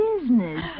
business